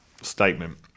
statement